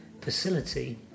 facility